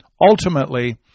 Ultimately